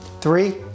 Three